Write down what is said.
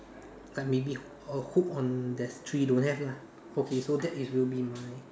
like maybe a hook on there's three don't have lah so that will be my